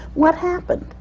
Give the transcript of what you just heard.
what happened?